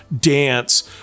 dance